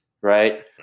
right